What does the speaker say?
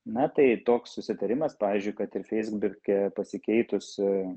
na tai toks susitarimas pavyzdžiui kad ir feisbuke pasikeitus